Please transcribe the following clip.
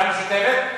ועדה משותפת,